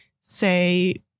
say